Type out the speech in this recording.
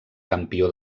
campió